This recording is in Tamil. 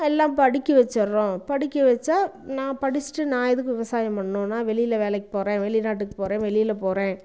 எல்லாம் படிக்க வச்சிடறோம் படிக்க வச்சால் நான் படித்துட்டு நான் எதுக்கு விவசாயம் பண்ணணும் நான் வெளியில் வேலைக்கு போகிறேன் வெளிநாட்டுக்கு போகிறேன் வெளியில் போகிறேன்